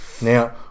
Now